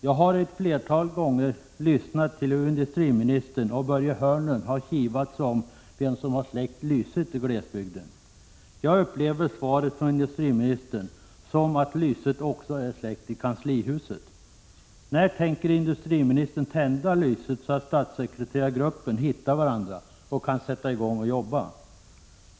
Jag har ett flertal gånger lyssnat till hur industriministern och Börje Hörnlund kivats om vem som har släckt lyset i glesbygden. Jag upplever svaret från industriministern som att lyset också är släckt i kanslihuset. När tänker industriministern tända lyset, så att medlemmarna i statssekreterargruppen hittar varandra och kan sätta i gång och jobba?